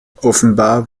offenbar